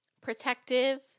Protective